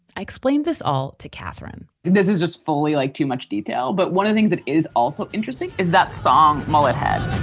i explained this all to katherine. this is just folie like too much detail. but one of the things that is also interesting is that song mullet head